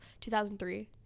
2003